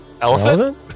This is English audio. Elephant